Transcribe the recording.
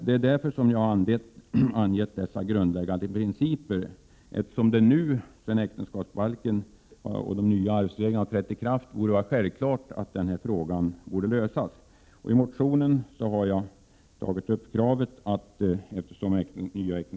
Jag har angivit dessa grundläggande principer, eftersom det borde vara självklart att denna fråga skall lösas nu när äktenskapsbalken och de nya arvsreglerna har trätt i kraft.